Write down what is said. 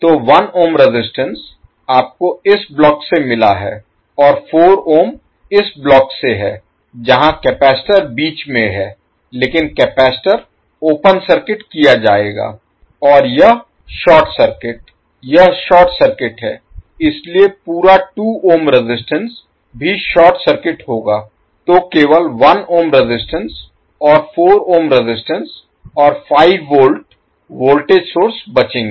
तो 1 ohm resistance आपको इस ब्लॉक से मिला है और 4 ohm इस ब्लॉक से है जहां कपैसिटर बीच में है लेकिन कपैसिटर ओपन सर्किट किया जाएगा और यह शॉर्ट सर्किट है यह शॉर्ट सर्किट है इसलिए पूरा 2 ohm रेजिस्टेंस भी शॉर्ट सर्किट होगा तो केवल 1 ohm रेजिस्टेंस और 4 ohm रेजिस्टेंस और 5 वोल्ट वोल्टेज सोर्स बचेंगे